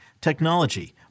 technology